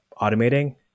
automating